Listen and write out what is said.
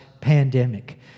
pandemic